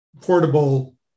portable